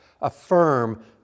affirm